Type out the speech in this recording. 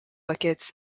wickets